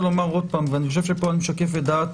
ופה אני חושב שאני משקף את דעת